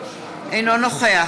אינו נוכח